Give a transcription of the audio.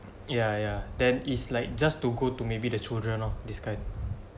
ya ya then it's like just to go to maybe the children oh this kind